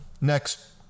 Next